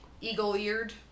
Eagle-eared